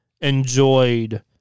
enjoyed